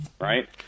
right